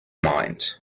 mind